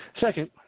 Second